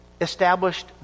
established